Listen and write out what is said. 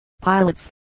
pilots